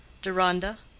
deronda,